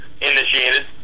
initiated